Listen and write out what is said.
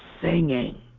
singing